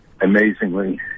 Amazingly